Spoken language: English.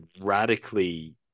radically